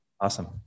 awesome